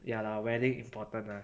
ya lah wedding important ah